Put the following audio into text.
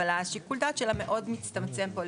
אבל שיקול הדעת שלה מאוד מצטמצם פה,